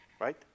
Right